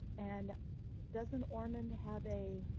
and doesn't ormond have a